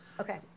Okay